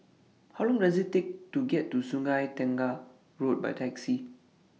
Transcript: How Long Does IT Take to get to Sungei Tengah Road By Taxi